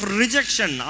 rejection